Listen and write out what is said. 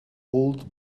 old